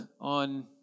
on